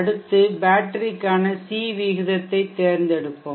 அடுத்து பேட்டரிக்கான சி விகிதத்தைத் தேர்ந்தெடுப்போம்